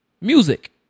music